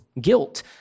guilt